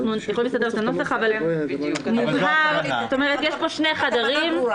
פה שני חדרים.